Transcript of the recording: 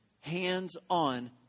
Hands-on